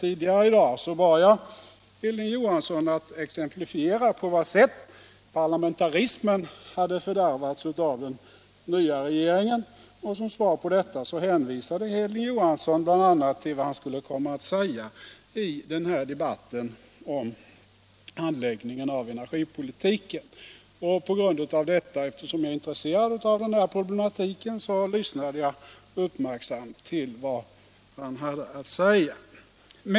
Jag bad då Hilding Johansson exemplifiera på vad sätt parlamentarismen hade fördärvats av den nya regeringen. Som svar på detta hänvisade herr Johansson bl.a. till vad han skulle komma att säga i debatten om handläggningen av energipolitiken. Eftersom jag är intresserad av den problematiken, lyssnade jag uppmärksamt till vad han hade att säga.